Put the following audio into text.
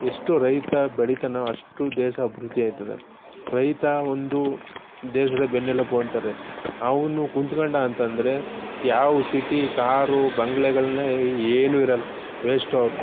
ಎಷ್ಟು ರೈತ ಬೆಳಿತಾನೋ ಅಷ್ಟು ದೇಶ ಅಭಿವೃದ್ದಿ ಆಯ್ತದೆ ರೈತ ಒಂದು ದೇಶದ ಬೆನ್ನೆಲುಬು ಅಂತಾರೆ ಅವನು ಕುಂತ್ಕೊಂಡ ಅಂತಂದರೆ ಯಾವ ಸಿಟಿ ಕಾರು ಬಂಗ್ಲೆಗಳನ್ನ ಏನು ಇರೋಲ್ಲ ವೇಸ್ಟು ಅವು